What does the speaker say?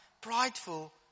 prideful